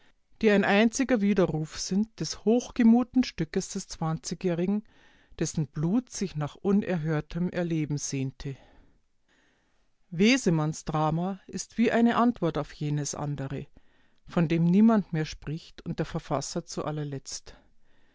die ein einziger widerruf sind des hochgemuten stückes des zwanzigjährigen dessen blut sich nach unerhörtem erleben sehnte wesemanns drama ist wie eine antwort auf jenes andere von dem niemand mehr spricht und der verfasser zu allerletzt